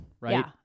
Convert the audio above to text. Right